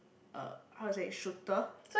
uh how to say shooter